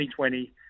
2020